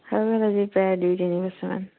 হৈ গ'ল আজি প্ৰায় দুই তিনি বছৰমান